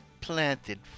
planted